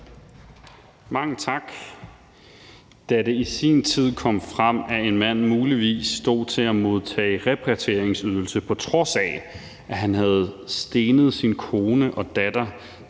Mange tak. Da det i sin tid kom frem, at en mand muligvis stod til at modtage repatrieringsydelse, på trods af at han havde stenet sin kone og datter